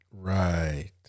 Right